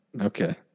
okay